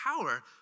power